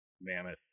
mammoth